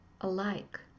alike